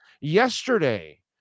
yesterday